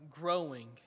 growing